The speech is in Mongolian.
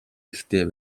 ихтэй